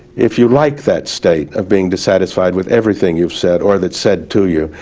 if you like that state of being dissatisfied with everything you've said or that's said to you,